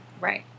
Right